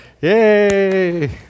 Yay